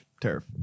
Turf